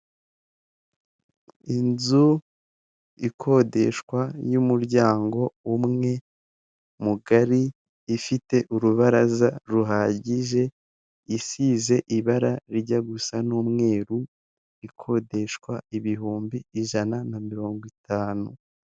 Inzu ikodeshwa y'umuryango umwe mugari ifite urubaraza ruhagije isize ibara rijya gusa n'umweru ikodeshwa ibihumbi ijana na mirongo itanu.